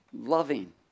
loving